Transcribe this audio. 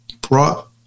brought